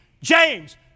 James